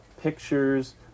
pictures